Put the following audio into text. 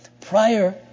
Prior